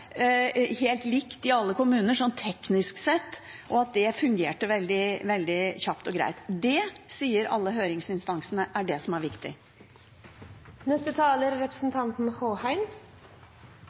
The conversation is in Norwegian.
helt likt i alle kommuner teknisk sett, og at det fungerte veldig kjapt og greit. Alle høringsinstansene sier at det er det som er